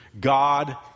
God